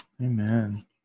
Amen